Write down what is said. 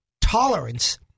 Tolerance